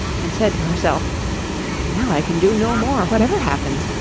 and said to herself now i can do no more, whatever happens.